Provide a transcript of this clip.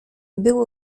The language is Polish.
było